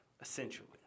essentially